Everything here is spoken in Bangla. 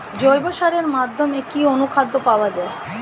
জৈব সারের মধ্যে কি অনুখাদ্য পাওয়া যায়?